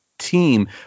team